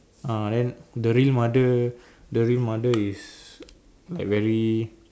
uh then the real mother the real mother is like very